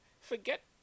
Forget